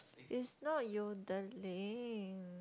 is not Yodeling